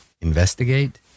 investigate